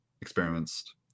experiments